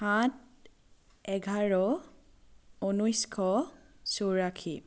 সাত এঘাৰ ঊনৈছশ চৌৰাশী